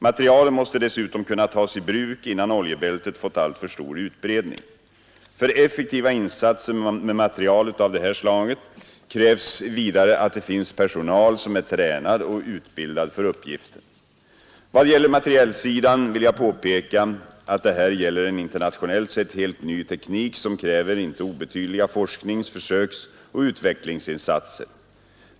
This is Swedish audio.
Materielen måste dessutom kunna tas i bruk innan oljebältet fått alltför stor utbredning. För effektiva insatser med materiel av detta slag krävs vidare att det finns personal som är tränad och utbildad för uppgiften. I vad gäller materielsidan vill jag påpeka att det här gäller en internationellt sett helt ny teknik, som kräver inte obetydliga forsknings-, försöksoch utvecklingsinsatser.